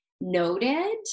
noted